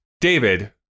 David